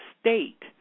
state